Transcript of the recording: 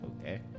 okay